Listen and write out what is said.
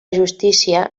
justícia